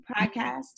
Podcast